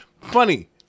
Funny